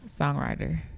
songwriter